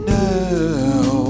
now